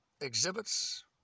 exhibits